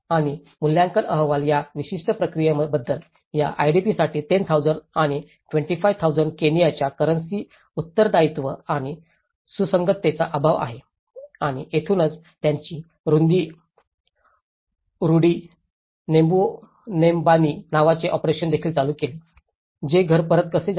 आणि मूल्यांकन अहवाल या विशिष्ट प्रक्रियेबद्दल या आयडीपींसाठी 10000 आणि 25000 केनियाच्या करन्सी उत्तरदायित्व आणि सुसंगततेचा अभाव आहे आणि येथूनच त्यांनी रुदी निंबुनीRudi nyumbani नावाचे ऑपरेशन देखील चालू केले जे घरी परत कसे जायचे